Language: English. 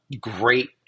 Great